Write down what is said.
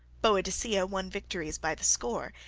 boadicea won victories by the score,